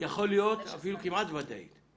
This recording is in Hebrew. מהמנכ"ל ודאי, ממך יכול להיות אפילו כמעט ודאית.